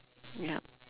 yup